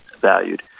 valued